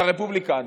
לרפובליקני.